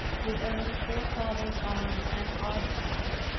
his own forefathers' arms and armour hung.